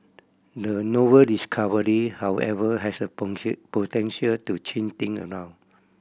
the novel discovery however has the potential to change thing around